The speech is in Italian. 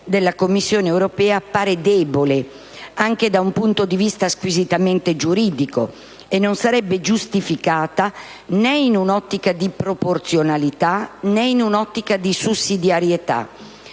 Commissione europea appare debole anche da un punto di vista squisitamente giuridico e non sarebbe giustificata, né in un'ottica di proporzionalità, né in un'ottica di sussidiarietà.